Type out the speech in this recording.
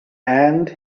and